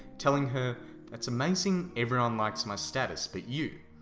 telling her that's amazing everyone likes my status but you,